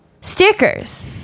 stickers